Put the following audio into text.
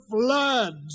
floods